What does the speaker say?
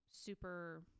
super